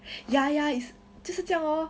ya ya is 这是这样 lor